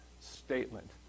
Statement